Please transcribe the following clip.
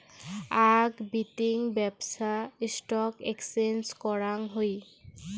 আক বিতিং ব্যপছা স্টক এক্সচেঞ্জ করাং হই